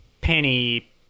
penny